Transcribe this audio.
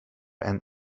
and